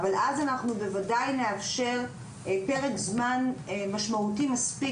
אבל אז אנחנו בוודאי נאפשר פרק זמן משמעותי מספיק,